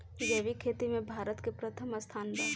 जैविक खेती में भारत के प्रथम स्थान बा